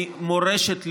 היא מורשת לאומית,